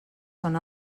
són